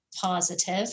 positive